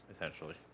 essentially